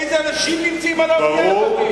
איזה אנשים נמצאים על האונייה הזאת?